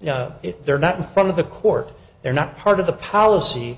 you know if they're not in front of the court they're not part of the po